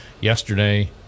yesterday